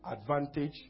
advantage